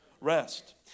Rest